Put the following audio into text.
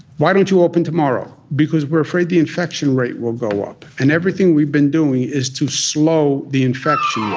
why don't you open tomorrow? because we're afraid the infection rate will go up and everything we've been doing is to slow the infection the